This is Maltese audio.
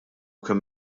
kemm